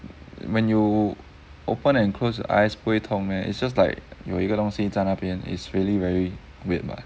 when you open and close your eyes 不会痛 meh it's just like 有一个东西在那边 it's really very weird mah